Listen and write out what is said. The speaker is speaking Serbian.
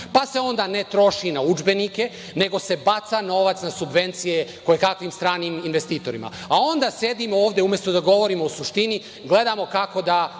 pa se onda ne troši na udžbenike, nego se baca novac na subvencije, kojekakvim stranim investitorima. Onda sedimo ovde, umesto da govorimo o suštini, gledamo kako da